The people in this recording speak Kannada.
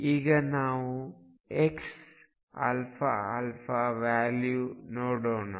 ಈಗ ನಾವು xαα ವ್ಯಾಲ್ಯೂ ನೋಡೋಣ